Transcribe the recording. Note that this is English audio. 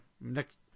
next